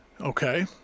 Okay